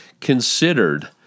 considered